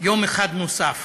יום אחד נוסף.